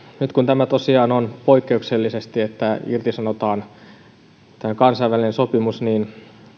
nyt kun tämä tosiaan on poikkeuksellisesti niin että irtisanotaan tällainen kansainvälinen sopimus niin